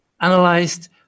analyzed